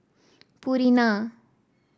Purina